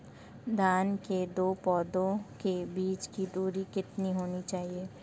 धान के दो पौधों के बीच की दूरी कितनी होनी चाहिए?